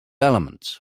elements